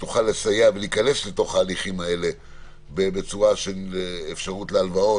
שתוכל לסייע ולהיכנס אל תוך ההליכים הללו במתן אפשרות להלוואות